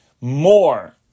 More